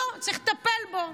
לא, צריך לטפל בו.